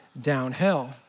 downhill